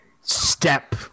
step